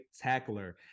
tackler